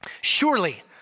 Surely